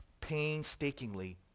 painstakingly